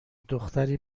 دختری